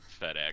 FedEx